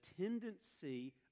tendency